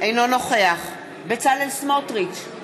אינו נוכח בצלאל סמוטריץ,